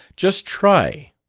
just try.